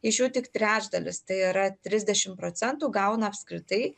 iš jų tik trečdalis tai yra trisdešim procentų gauna apskritai